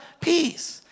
peace